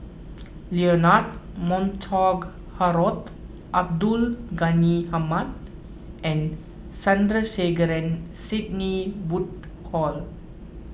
Leonard Montague Harrod Abdul Ghani Hamid and Sandrasegaran Sidney Woodhull